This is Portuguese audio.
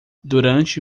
durante